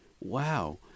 Wow